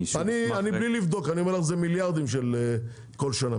בלי לבדוק, אני אומר שזה מיליארדים כל שנה.